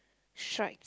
strike